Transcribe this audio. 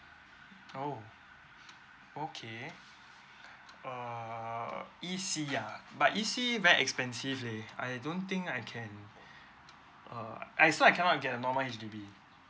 oh okay err E_C ah but E_C very expensive leh I don't think I can err I so I cannot get a normal H_D_B